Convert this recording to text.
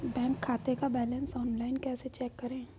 Bank खाते का balance online कैसे चेक करें?